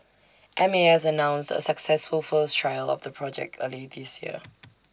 M A S announced A successful first trial of the project early this year